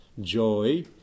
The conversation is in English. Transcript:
joy